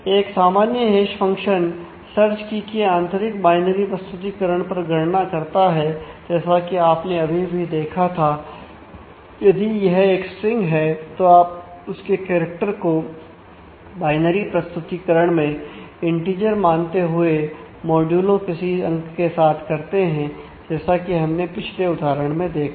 एक सामान्य hash function search key के आंतरिक बायनरी किसी अंक के साथ करते हैं जैसा कि हमने पिछले उदाहरण में देखा